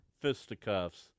fisticuffs